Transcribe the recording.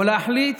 או להחליט